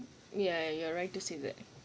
ya you're right to say that